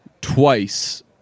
twice